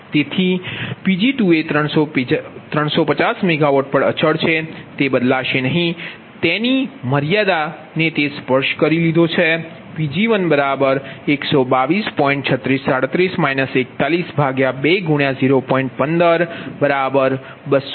તેથી Pg2 એ 350MW અચલ છે તે બદલાશે નહીં તેને તેની મર્યાદા ને સ્પર્શ કર્યો છે Pg1122